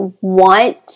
want